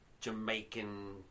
Jamaican